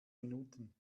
minuten